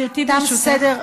תם סדר,